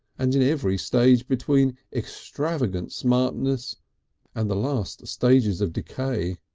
and in every stage between extravagant smartness and the last stages of decay.